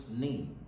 name